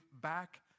back